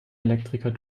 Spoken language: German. elektriker